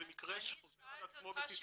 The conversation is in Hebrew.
זה מקרה שחוזר על עצמו --- אני שאלתי אותך שאלה,